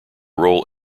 role